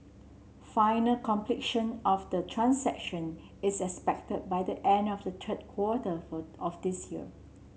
final completion of the transactions is expected by the end of the third quarter for of this year